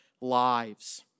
lives